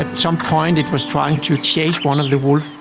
ah some point it was trying to chase one of the wolves.